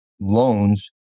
loans